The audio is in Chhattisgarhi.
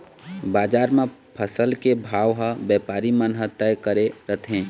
बजार म फसल के भाव ह बेपारी मन ह तय करे रथें